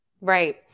right